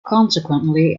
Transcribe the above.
consequently